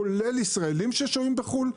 כולל ישראלים ששוהים בחו"ל,